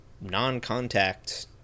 non-contact